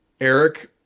Eric